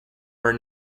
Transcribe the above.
are